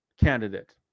candidate